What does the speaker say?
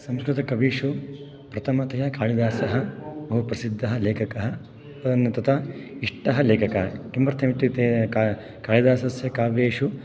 संस्कृतकविषु प्रथमतया कालिदासः बहुप्रसिद्धः लेखकः तथा इष्टः लेखकः किमर्थम् इत्युक्ते कालिदासस्य काव्येषु